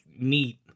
neat